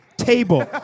table